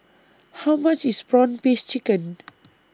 How much IS Prawn Paste Chicken